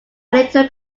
little